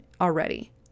already